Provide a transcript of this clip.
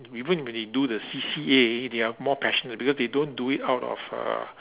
even when they do the C_C_A they are more passionate because they don't do it out of uh